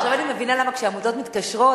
עכשיו אני מבינה למה כשעמותות מתקשרות